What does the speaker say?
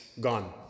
gone